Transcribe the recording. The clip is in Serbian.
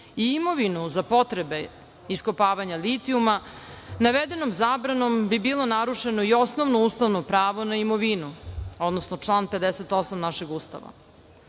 i imovinu za potrebe iskopavanja litijuma navedenom zabranom bi bilo narušeno osnovno ustavno pravo na imovinu, odnosno član 58. našeg